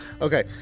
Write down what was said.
Okay